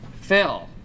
Phil